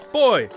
boy